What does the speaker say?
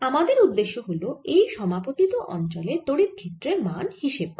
আমাদের উদ্দ্যেশ্য হল এই সমাপতিত অঞ্চলে তড়িৎ ক্ষত্রের মান হিসেব করা